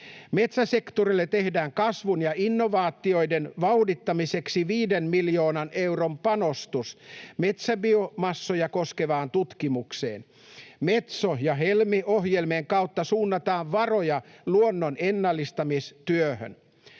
Metsäsektorille tehdään kasvun ja innovaatioiden vauhdittamiseksi viiden miljoonan euron panostus metsäbiomassoja koskevaan tutkimukseen. Metso- ja Helmi-ohjelmien kautta suunnataan varoja luonnon ennallistamistyöhön.